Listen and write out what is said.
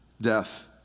death